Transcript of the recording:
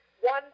one